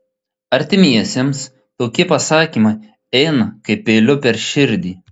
artimiesiems tokie pasakymai eina kaip peiliu per širdį